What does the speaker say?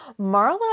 Marla